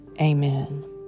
Amen